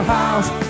house